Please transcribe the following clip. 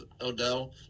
Odell